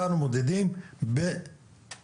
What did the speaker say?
אותנו מודדים במעשים,